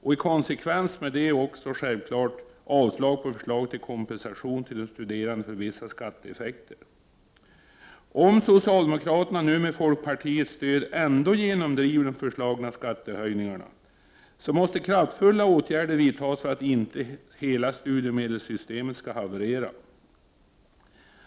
I konsekvens härmed yrkar vi också avslag på förslaget till kompensation till de studerande för vissa skatteeffekter. Om socialdemokraterna nu med folkpartiets stöd ändå genomdriver de föreslagna skattehöjningarna, måste kraftfulla åtgärder vidtas för att inte hela studiemedelssystemet skall haverera.